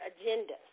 agenda